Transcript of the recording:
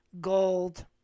gold